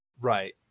right